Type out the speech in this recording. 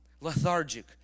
lethargic